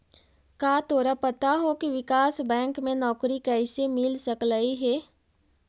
का तोरा पता हो की विकास बैंक में नौकरी कइसे मिल सकलई हे?